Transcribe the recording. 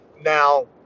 now